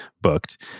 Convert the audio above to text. booked